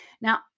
Now